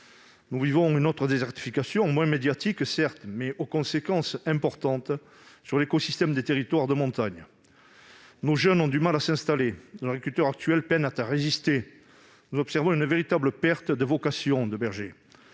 Nous vivons une autre désertification, moins médiatique, certes, mais aux conséquences importantes sur l'écosystème des territoires de montagne : en matière d'agropastoralisme, nos jeunes ont du mal à s'installer et nos agriculteurs actuels peinent à résister. Nous observons une véritable perte de vocation de berger.